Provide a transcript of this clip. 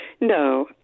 No